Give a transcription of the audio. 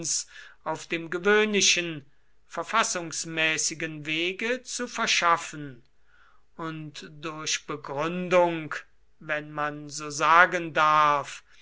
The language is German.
auf dem gewöhnlichen verfassungsmäßigen wege zu verschaffen und durch begründung wenn man so sagen darf